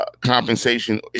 compensation